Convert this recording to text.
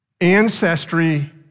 ancestry